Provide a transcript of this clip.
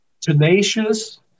tenacious